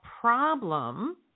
problem